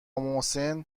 محسن